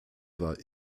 war